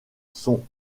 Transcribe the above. son